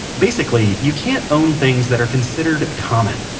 basically, you can't own things that are considered common.